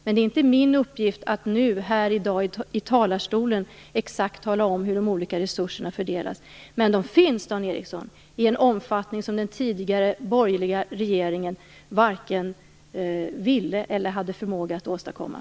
Det är inte min uppgift att i dag från denna talarstol exakt tala om hur de olika resurserna fördelas, men de finns, Dan Ericsson, i en omfattning som den tidigare borgerliga regeringen varken ville eller hade förmåga att åstadkomma.